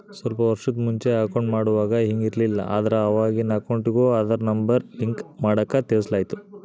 ಸ್ವಲ್ಪ ವರ್ಷುದ್ ಮುಂಚೆ ಅಕೌಂಟ್ ಮಾಡುವಾಗ ಹಿಂಗ್ ಇರ್ಲಿಲ್ಲ, ಆದ್ರ ಅವಾಗಿನ್ ಅಕೌಂಟಿಗೂ ಆದಾರ್ ನಂಬರ್ ಲಿಂಕ್ ಮಾಡಾಕ ತಿಳಿಸಲಾಯ್ತು